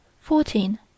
fourteen